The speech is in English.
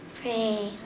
pray